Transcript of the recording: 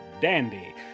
Dandy